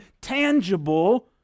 tangible